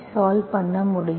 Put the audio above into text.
solve பண்ண முடியும்